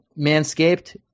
Manscaped